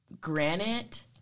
granite